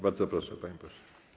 Bardzo proszę, panie pośle.